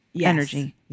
energy